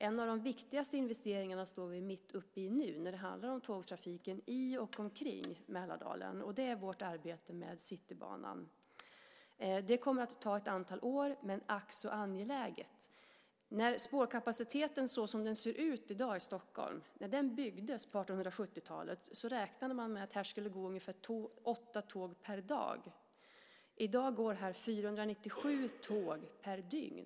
En av de viktigaste investeringarna står vi mitt uppe i nu när det handlar om tågtrafiken i och omkring Mälardalen, och det är vårt arbete med Citybanan. Det kommer att ta ett antal år men är ack så angeläget. När spåren i Stockholm byggdes på 1870-talet räknade man med att det där skulle gå ungefär 8 tåg per dag. I dag går där 497 tåg per dygn.